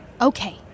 Okay